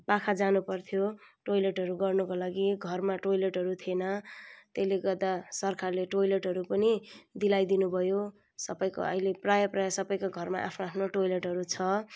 पाखा जानुपर्थ्यो टोइलेटहरू गर्नको लागि घरमा टोइलेटहरू थिएन त्यसलेगर्दा सरकारले टोइलेचहरू नि दिलाइदिनु भयो सबैको आहिले प्राय प्राय सबैको घरमा आफ्नो आफ्नो टोइलेटहरू छ